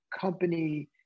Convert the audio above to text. company